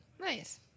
Nice